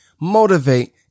motivate